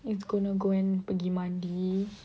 is gonna go and pergi mandi